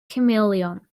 chameleon